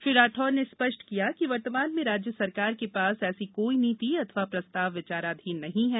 श्री राठौर ने स्पष्ट किया कि वर्तमान में राज्य सरकार के पास ऐसी कोई नीति अथवा प्रस्ताव विचाराधीन नहीं है